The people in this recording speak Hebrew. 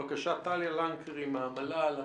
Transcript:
בבקשה, טליה לקנרי מהמל"ל.